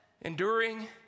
enduring